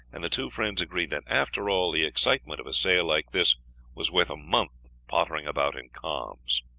and the two friends agreed that, after all, the excitement of a sail like this was worth a month of pottering about in calms.